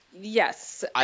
Yes